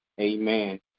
Amen